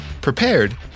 prepared